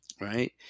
right